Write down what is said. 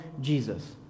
Jesus